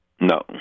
No